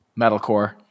Metalcore